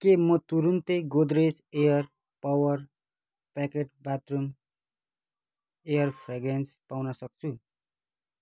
के म तुरुन्तै Godrej air power pocket bathroom air fragrance पाउन सक्छु